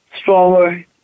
stronger